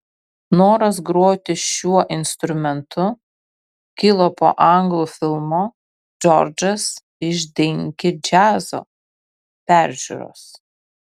noras groti šiuo instrumentu kilo po anglų filmo džordžas iš dinki džiazo peržiūros